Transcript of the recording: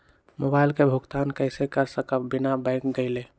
Mobile के भुगतान कईसे कर सकब बिना बैंक गईले?